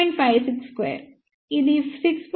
562 ఇది 6